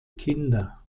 kinder